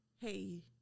hey